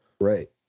Right